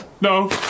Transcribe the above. No